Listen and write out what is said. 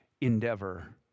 endeavor